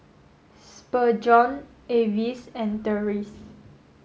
Spurgeon Avis and Terese